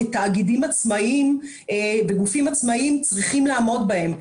כתאגידים עצמאיים וגופים עצמאיים צריכים לעמוד בהם,